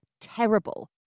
terrible